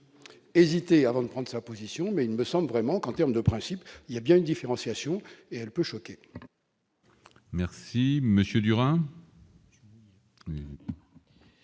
hésité avant de prendre sa position mais il me semble vraiment qu'en termes de principes, il y a bien une différenciation et elle peut choquer. Merci Monsieur durable.